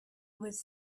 was